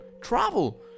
travel